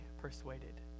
persuaded